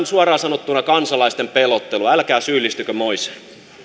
suoraan sanottuna kansalaisten pelottelua älkää syyllistykö moiseen